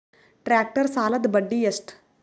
Tractor ಸಾಲದ್ದ ಬಡ್ಡಿ ಎಷ್ಟ?